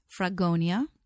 Fragonia